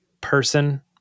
Person